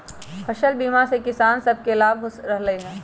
फसल बीमा से किसान सभके लाभ हो रहल हइ